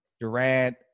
Durant